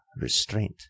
restraint